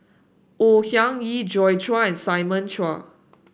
Au Hing Yee Joi Chua and Simon Chua